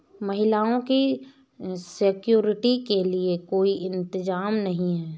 महिलाओं की सिक्योरिटी के लिए कोई इंतजाम नहीं है